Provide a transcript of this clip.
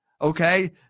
Okay